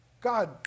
God